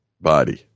body